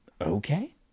Okay